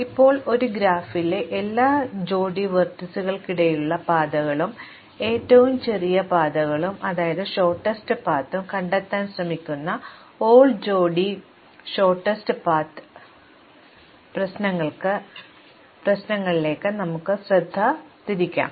ഇപ്പോൾ ഒരു ഗ്രാഫിലെ എല്ലാ ജോഡി വെർട്ടീസുകൾക്കിടയിലുള്ള പാതകളും ഏറ്റവും ചെറിയ പാതകളും കണ്ടെത്താൻ ശ്രമിക്കുന്ന ഓൾ ജോഡി ഹ്രസ്വ പാതകളുടെ പ്രശ്നങ്ങളിലേക്ക് നമുക്ക് ശ്രദ്ധ തിരിക്കാം